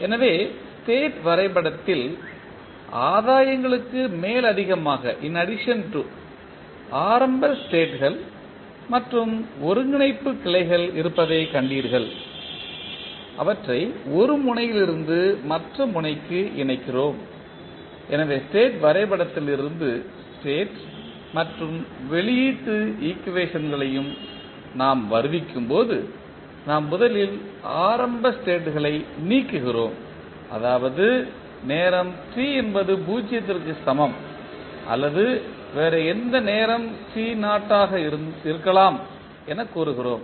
எனவே ஸ்டேட் வரைபடத்தில் ஆதாயங்களுக்கு மேலதிகமாக ஆரம்ப ஸ்டேட்கள் மற்றும் ஒருங்கிணைப்புக் கிளைகள் இருப்பதைக் கண்டீர்கள் அவற்றை ஒரு முனையிலிருந்து மற்ற முனைக்கு இணைக்கிறோம் எனவே ஸ்டேட் வரைபடத்திலிருந்து ஸ்டேட் மற்றும் வெளியீட்டு ஈக்குவேஷனையும் நாம் வருவிக்கும் போது நாம் முதலில் ஆரம்ப ஸ்டேட்களை நீக்குகிறோம் அதாவது நேரம் t என்பது 0 க்கு சமம் அல்லது வேறு எந்த நேரம் ஆக இருக்கலாம் எனக் கூறுகிறோம்